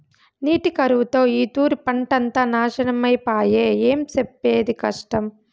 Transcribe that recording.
నీటి కరువుతో ఈ తూరి పంటంతా నాశనమై పాయె, ఏం సెప్పేది కష్టం